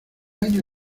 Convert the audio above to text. año